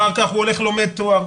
אחר כך הוא הולך לומד תואר.